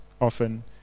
often